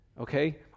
Okay